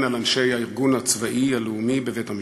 על אנשי הארגון הצבאי הלאומי בבית-המשפט.